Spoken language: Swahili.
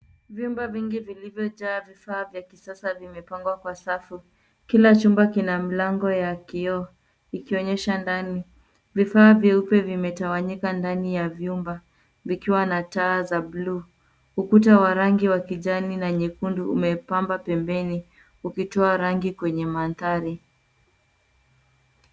Vyumba vingi vilivyojaa vifaa vya kisasa vimepangwa kwa safu. Kila chumba kina mlango ya kioo, ikionyesha ndani. Vifaa vyeupe vimetawanyika ndani ya vyumba, vikiwa na taa za bluu. Ukuta wa rangi wa kijani na nyekundu umepamba pembeni, ukitoa rangi kwenye mandhari.